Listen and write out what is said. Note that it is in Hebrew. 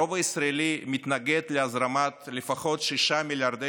הרוב הישראלי מתנגד להזרמת לפחות 6 מיליארדי